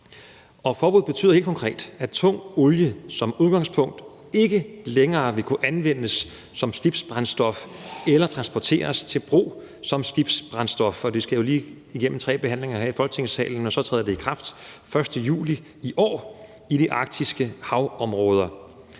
Forbuddet betyder helt konkret, at tung olie som udgangspunkt ikke længere vil kunne anvendes som skibsbrændstof eller transporteres til brug som skibsbrændstof. Det skal lige igennem tre behandlinger her i Folketingssalen, og så træder det i kraft den 1. juli i år i de arktiske havområder.